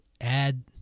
add